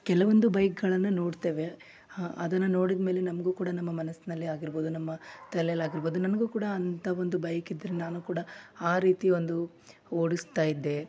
ಕೆಲವೊಂದು ಬೈಕ್ಗಳನ್ನ ನೋಡ್ತೇವೆ ಅದನ್ನ ನೋಡಿದ್ಮೇಲೆ ನಮಗೂ ಕೂಡ ನಮ್ಮ ಮನಸ್ಸಿನಲ್ಲಿ ಆಗಿರ್ಬೋದು ನಮ್ಮ ತಲೆಯಲ್ಲಿ ಆಗಿರ್ಬೋದು ನನಗೂ ಕೂಡ ಅಂತ ಒಂದು ಬೈಕ್ ಇದ್ದರೆ ನಾನು ಕೂಡ ಆ ರೀತಿ ಒಂದು ಓಡಿಸ್ತಾಯಿದ್ದೆ